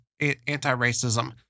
anti-racism